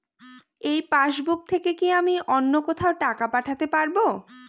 এই পাসবুক থেকে কি আমি অন্য কোথাও টাকা পাঠাতে পারব?